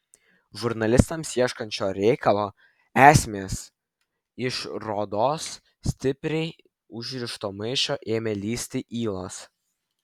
žurnalistams ieškant šio reikalo esmės iš rodos stipriai užrišto maišo ėmė lįsti ylos